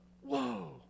whoa